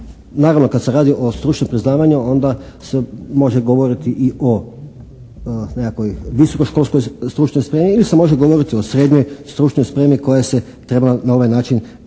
Naravno kad se radi o stručnom priznavanju onda se može govoriti i o nekakvoj visokoškolskoj stručnoj spremi ili se može govoriti o srednjoj stručnoj spremi koja se treba na ovaj način vrednovati.